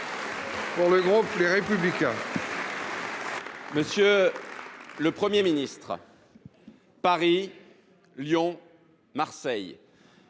Monsieur le Premier ministre, Paris, Lyon, Marseille